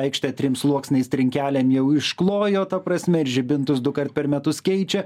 aikštę trim sluoksniais trinkelėm jau išklojo ta prasme žibintus dukart per metus keičia